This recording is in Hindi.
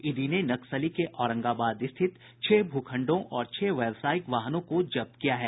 ईडी ने नक्सली के औरंगाबाद स्थित छह भूखंडों और छह व्यवसायिक वाहनों को जब्त किया है